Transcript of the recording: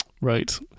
right